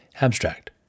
Abstract